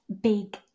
big